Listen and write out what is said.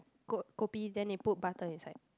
ko~ kopi then they put butter inside